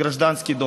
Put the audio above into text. ברוסית?